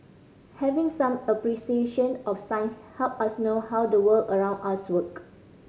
having some appreciation of science help us know how the world around us work